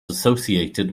associated